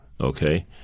okay